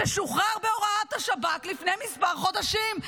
ששוחרר בהוראת השב"כ לפני מספר חודשים,